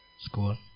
School